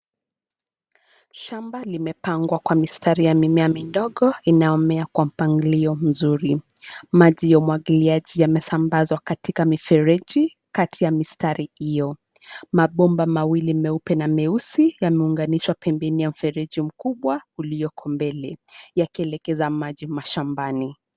Shamba limepangwa kwa mistari ya mimea midogo inayomea kwa mpangilio mzuri. Maji ya umwagiliaji yamesambazwa katika mifereji kati ya mistari hio. Mabomba mawili meupe na meusi yameunganishwa pembeni ya mfereji mkubwa ulioko mbele yakielekeza maji mashambani.